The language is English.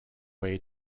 way